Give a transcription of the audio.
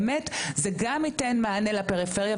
באמת זה גם ייתן מענה לפריפריה,